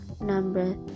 Number